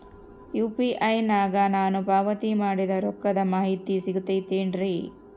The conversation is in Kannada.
ಯು.ಪಿ.ಐ ನಾಗ ನಾನು ಪಾವತಿ ಮಾಡಿದ ರೊಕ್ಕದ ಮಾಹಿತಿ ಸಿಗುತೈತೇನ್ರಿ?